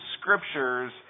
Scripture's